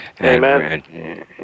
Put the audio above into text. amen